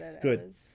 Good